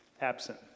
Absent